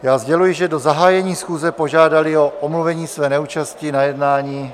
Já sděluji, že do zahájení schůze požádali o omluvení své neúčasti na jednání...